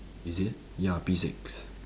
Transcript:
is it ya P six